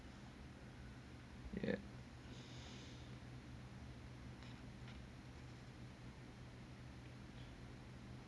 ya